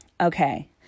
Okay